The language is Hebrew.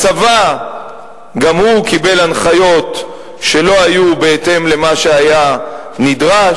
הצבא גם הוא קיבל הנחיות שלא היו בהתאם למה שהיה נדרש,